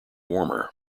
warmer